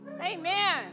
Amen